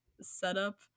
setup